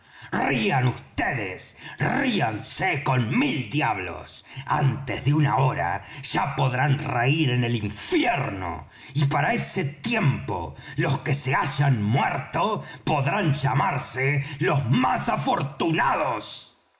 rían vds ríanse con mil diablos antes de una hora ya podrán reir en el infierno y para ese tiempo los que se hayan muerto podrán llamarse los más afortunados